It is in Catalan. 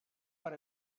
per